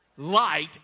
Light